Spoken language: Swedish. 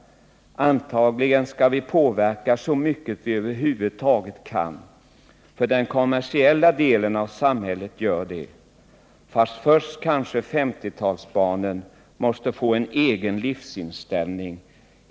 Antagligen ska vi påverka så mycket som vi överhuvudtaget kan. För den kommersiella delen av samhället gör det. Fast först kanske 50-talsbarnen måste få en egen livsinställning?